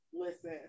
Listen